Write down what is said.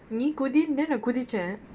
நீ குதி னே நா குதிச்சேன்:nee kuthi nae naa kuthichen